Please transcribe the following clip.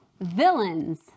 villains